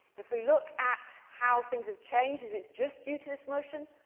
if we look at how things have changed, is it just due to this motion?